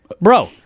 Bro